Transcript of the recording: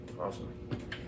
Awesome